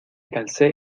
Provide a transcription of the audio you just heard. calcé